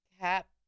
cap